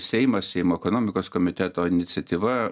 seimas seimo ekonomikos komiteto iniciatyva